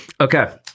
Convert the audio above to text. Okay